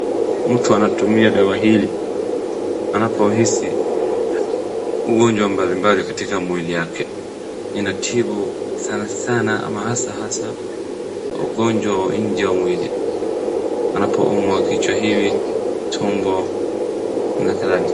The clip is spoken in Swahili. Mtu anatumia dawa hili anapohisi ugonjwa mbalimbali katika mwili yake, inatibu sanasana ama hasahasa ugonjwa nje wa mwili, anapoumwa kichwa hivi, tumbo, nakadhalika.